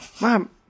Mom